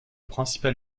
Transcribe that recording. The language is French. principal